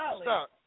stop